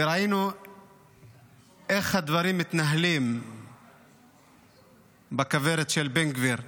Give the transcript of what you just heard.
וראינו איך הדברים מתנהלים בכוורת של בן גביר.